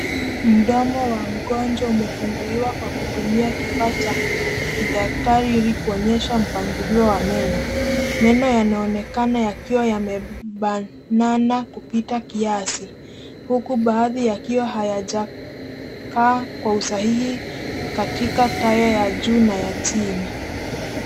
Mdomo wa mgonjwa umefunguliwa kwa kutumia kifaa cha kidaktari ili kuonyesha mpangilio wa meno. Meno yanaonekana yakiwa yamebanana kupita kiasi, huku baadhi yakiwa hayajakaa kwa usahihi katika taya ya juu na ya chini.